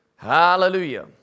Hallelujah